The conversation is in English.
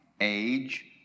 age